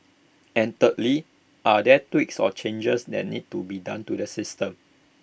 and thirdly are there tweaks or changes that need to be done to the system